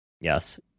Yes